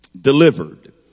delivered